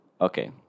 Okay